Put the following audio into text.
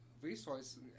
resource